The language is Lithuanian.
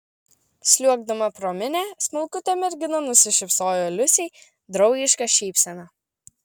sliuogdama pro minią smulkutė mergina nusišypsojo liusei draugiška šypsena